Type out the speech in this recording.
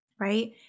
Right